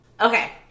Okay